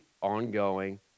ongoing